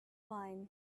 wine